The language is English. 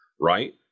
right